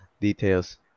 details